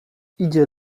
idzie